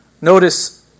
notice